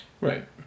Right